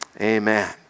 Amen